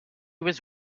was